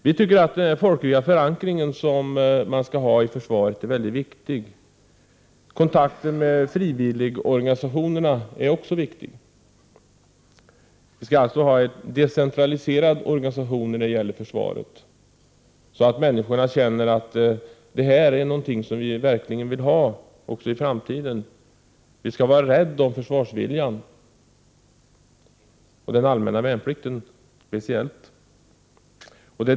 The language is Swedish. Vi tycker att folklig förankring är väldigt viktig inom försvaret. Kontakten med frivilligorganisationerna är också viktig. Vi skall alltså ha en decentraliserad organisation inom försvaret, så att människorna känner att det här är verkligen någonting som de vill ha också i framtiden. Vi skall vara rädda om försvarsviljan, speciellt den allmänna värnplikten.